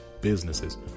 businesses